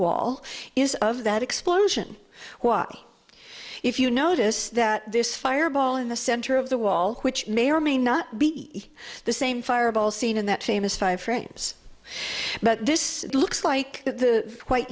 wall is of that explosion why if you notice that this fireball in the center of the wall which may or may not be the same fireball seen in that famous five frames but this looks like the white